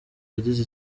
yagize